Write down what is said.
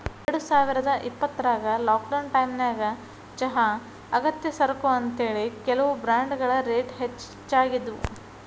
ಎರಡುಸಾವಿರದ ಇಪ್ಪತ್ರಾಗ ಲಾಕ್ಡೌನ್ ಟೈಮಿನ್ಯಾಗ ಚಹಾ ಅಗತ್ಯ ಸರಕು ಅಂತೇಳಿ, ಕೆಲವು ಬ್ರಾಂಡ್ಗಳ ರೇಟ್ ಹೆಚ್ಚಾಗಿದ್ವು